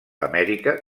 amèrica